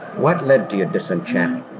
what led to your disenchantment?